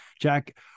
Jack